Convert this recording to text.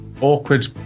awkward